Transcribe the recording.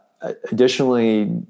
Additionally